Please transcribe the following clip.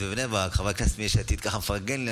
בבני ברק שחבר כנסת מיש עתיד ככה מפרגן לי,